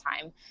time